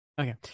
Okay